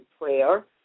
prayer